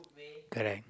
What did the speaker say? correct